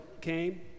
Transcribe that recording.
came